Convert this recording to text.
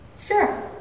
Sure